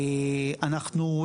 אנחנו,